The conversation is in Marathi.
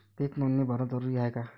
पीक नोंदनी भरनं जरूरी हाये का?